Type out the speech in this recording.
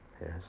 Yes